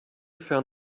found